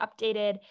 updated